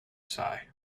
sai